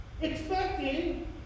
expecting